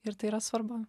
ir tai yra svarbu